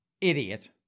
idiot